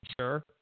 sure